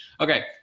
Okay